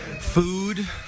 food